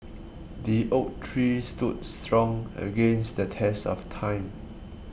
the oak tree stood strong against the test of time